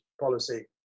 policy